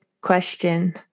question